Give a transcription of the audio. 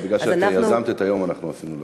אבל בגלל שאת יזמת את היום עשינו לך,